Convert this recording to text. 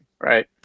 right